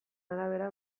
arabera